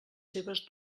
seves